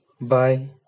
Bye